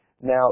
Now